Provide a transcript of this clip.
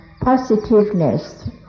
positiveness